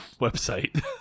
website